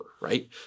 right